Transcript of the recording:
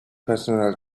personal